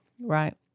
Right